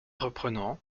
reprenant